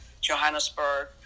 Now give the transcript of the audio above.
Johannesburg